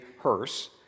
hearse